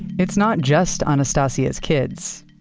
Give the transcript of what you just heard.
it's not just anastacia's kids,